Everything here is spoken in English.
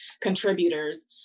contributors